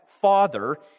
Father